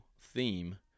theme